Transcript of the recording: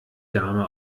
dame